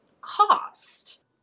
cost